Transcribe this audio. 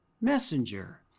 messenger